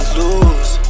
lose